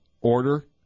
order